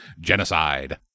genocide